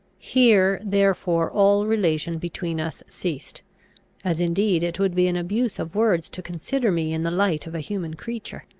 here therefore all relation between us ceased as indeed it would be an abuse of words to consider me in the light of a human creature.